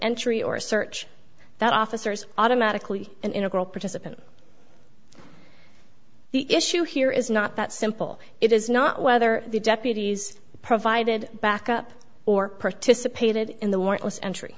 entry or search that officers automatically an integral participant the issue here is not that simple it is not whether the deputies provided backup or participated in the